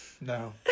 no